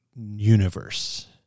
universe